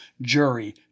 jury